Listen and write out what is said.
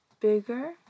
bigger